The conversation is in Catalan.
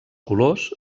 colors